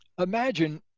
imagine